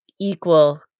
equal